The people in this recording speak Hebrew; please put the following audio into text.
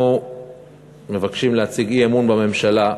אנחנו מבקשים להציג אי-אמון בממשלה,